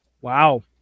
Wow